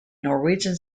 norwegian